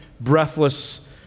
breathless